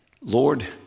Lord